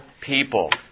people